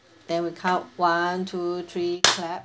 then we count one two three clap